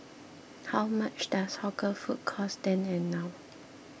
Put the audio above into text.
how much does hawker food cost then and now